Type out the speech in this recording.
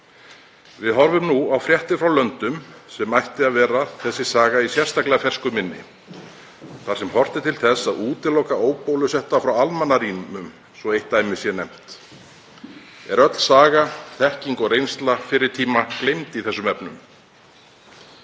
Við horfum nú á fréttir frá löndum þar sem þessi saga ætti að vera mönnum í sérstaklega fersku minni þar sem horft er til þess að útiloka óbólusetta frá almannarýmum, svo að eitt dæmi sé nefnt. Er öll saga þekking og reynsla fyrri tíma gleymd í þeim efnum?